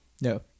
No